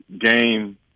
game